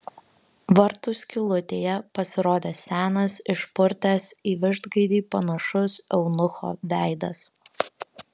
vartų skylutėje pasirodė senas išpurtęs į vištgaidį panašus eunucho veidas